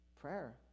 prayer